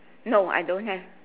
no I don't have